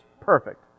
perfect